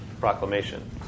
proclamation